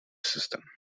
system